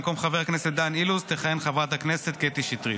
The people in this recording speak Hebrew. במקום חבר הכנסת דן אילוז תכהן חברת הכנסת קטי שטרית.